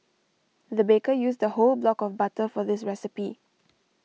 the baker used a whole block of butter for this recipe